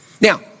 Now